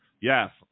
Yes